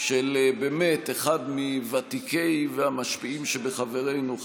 של באמת אחד מוותיקי המשפיעים שבחברינו,